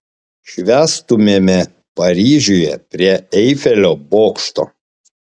švęstumėme paryžiuje prie eifelio bokšto